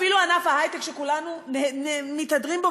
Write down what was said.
אפילו בענף ההיי-טק שכולנו מתהדרים בו,